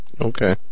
Okay